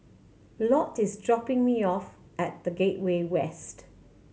Lott is dropping me off at The Gateway West